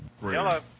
Hello